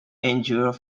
endured